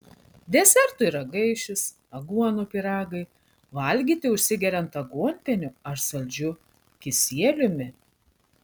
desertui ragaišis aguonų pyragai valgyti užsigeriant aguonpieniu ar saldžiu kisieliumi